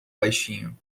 baixinho